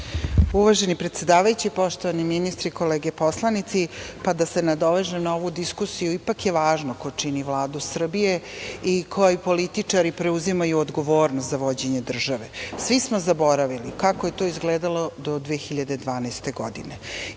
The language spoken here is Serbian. Uvaženi predsedavajući, poštovani ministri, kolege poslanici, da se nadovežem na ovu diskusiju, ipak je važno ko čini Vladu Srbije i koji političari preuzimaju odgovornost za vođenje države. Svi smo zaboravili i kako je to izgledalo 2012. godine